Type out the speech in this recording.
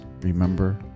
remember